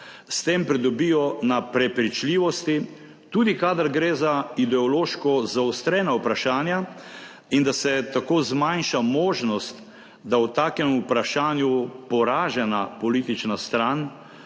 s tem pridobijo na prepričljivosti, tudi kadar gre za ideološko zaostrena vprašanja, in da se tako zmanjša možnost, da o takem vprašanju poražena politična stran